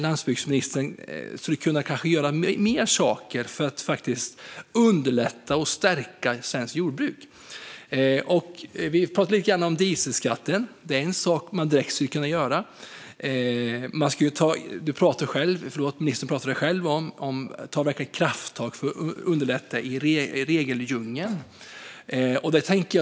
Landsbygdsministern skulle kanske kunna göra mer för att underlätta för och stärka svenskt jordbruk. Vi talar lite grann om dieselskatten. Där finns något man direkt skulle kunna göra. Ministern talade själv om att ta krafttag för att underlätta i regeldjungeln.